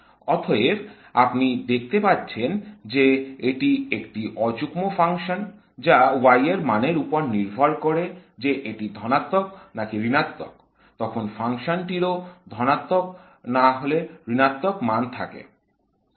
অতএব আপনি দেখতে পাচ্ছেন যে এটি একটি অযুগ্ম ফাংশন যা y এর মানের উপর নির্ভর করে যে এটি ধনাত্মক নাকি ঋণাত্মক তখন ফাংশনটির ও ধনাত্মক না হলে ঋণাত্মক মান থাকবে